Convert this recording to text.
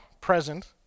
present